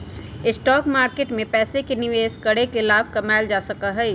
stock market में पैसे के निवेश करके लाभ कमावल जा सका हई